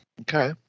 okay